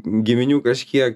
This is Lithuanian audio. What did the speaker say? giminių kažkiek